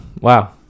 Wow